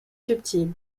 subtil